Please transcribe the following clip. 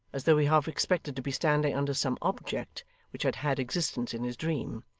as though he half expected to be standing under some object which had had existence in his dream.